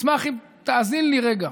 אשמח אם תאזין לי רגע.